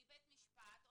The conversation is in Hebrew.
מבית משפט,